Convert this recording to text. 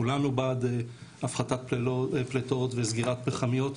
כולנו בעד הפחתת פליטות וסגירת פחמיות.